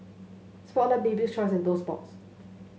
Spotlight Bibik's Choice and Toast Box